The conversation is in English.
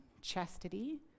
chastity